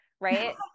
Right